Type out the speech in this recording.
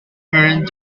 burned